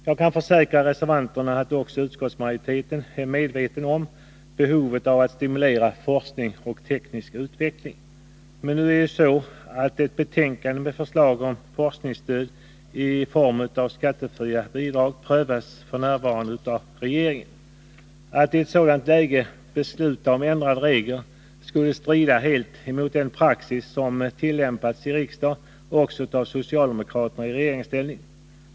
Jag kan försäkra reservanterna att också utskottsmajoriteten är medveten om behovet av att stimulera forskning och teknisk utveckling. Men f.n. prövas av regeringen ett betänkande med förslag om forskningsstöd i form av skattefria bidrag. Att i ett sådant läge besluta om ändrade regler skulle strida helt emot den praxis som tillämpas i riksdagen och som också tillämpas av socialdemokraterna i regeringsställning.